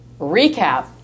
recap